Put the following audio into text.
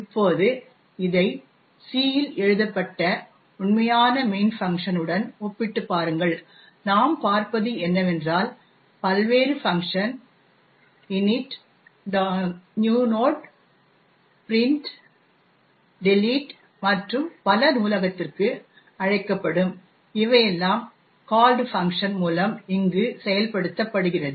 இப்போது இதை C இல் எழுதப்பட்ட உண்மையான மெயினஂ ஃபஙஂகஂஷனஂ உடன் ஒப்பிட்டுப் பாருங்கள் நாம் பார்ப்பது என்னவென்றால் பல்வேறு function init new node print delete மற்றும் பல நூலகத்திற்கு அழைக்கப்படும் இவையெல்லாம் கால்ட் ஃபஙஂகஂஷனஂ மூலம் இங்கு செயல்படுத்தப்படுகிறது